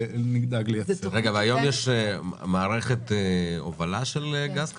היום יש מערכת הובלה של גז כזה?